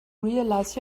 realize